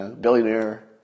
billionaire